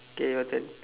okay your turn